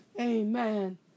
Amen